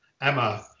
Emma